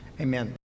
Amen